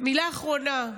מילה אחרונה.